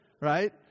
Right